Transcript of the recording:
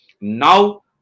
Now